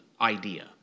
idea